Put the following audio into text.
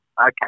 okay